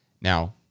Now